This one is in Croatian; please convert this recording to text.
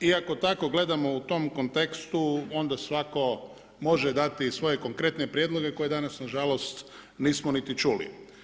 I ako tako gledamo u tom kontekstu, onda sva'ko može dati svoje konkretne prijedloge koje danas nažalost nismo niti čuli.